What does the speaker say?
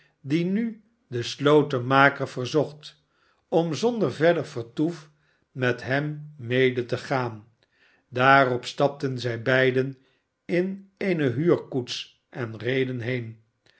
die nu den slotenmaker verzocht om zonder verder vertoef met hem mede te gaan daarop stapten zij beiden in eene huurkoets en reden heen